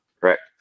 correct